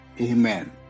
Amen